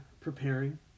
preparing